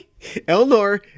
Elnor